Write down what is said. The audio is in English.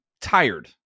tired